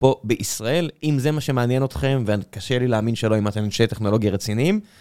פה בישראל, אם זה מה שמעניין אתכם וקשה לי להאמין שלא אם אתם אנשי טכנולוגיה רציניים.